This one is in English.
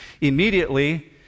Immediately